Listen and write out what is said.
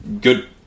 good